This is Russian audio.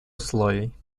условий